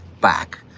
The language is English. back